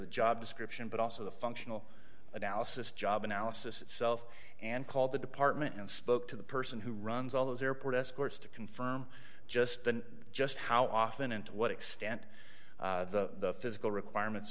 the job description but also the functional analysis job analysis itself and called the department and spoke to the person who runs all those airport escorts to confirm just the just how often and to what extent the physical requirements